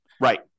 Right